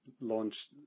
Launch